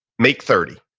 make thirty.